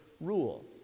rule